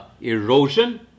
erosion